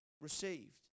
received